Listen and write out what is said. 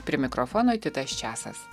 prie mikrofono titas česas